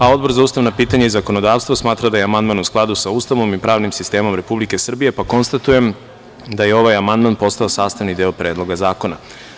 A Odbor za ustavna pitanja i zakonodavstvo smatra da je amandman u skladu sa Ustavom i pravnim sistemom Republike Srbije, pa konstatujem da je ovaj amandman postao sastavni deo Predloga zakona.